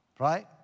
right